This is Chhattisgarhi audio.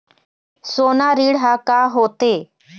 सोना ऋण हा का होते?